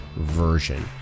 version